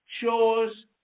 chores